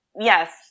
yes